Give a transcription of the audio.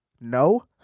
no